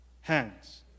hands